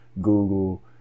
Google